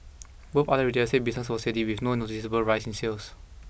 what other retailers said business was steady with no noticeable rise in sales